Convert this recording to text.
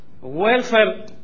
welfare